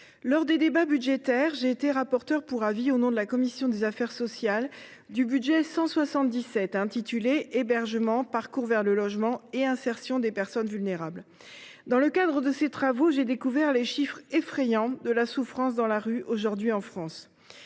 lors des débats budgétaires, j’ai été rapporteur pour avis, au nom de la commission des affaires sociales, du programme 177 « Hébergement, parcours vers le logement et insertion des personnes vulnérables ». Dans le cadre de ces travaux, j’ai découvert les chiffres effrayants de la souffrance dans la rue, aujourd’hui, en France.